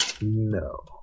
No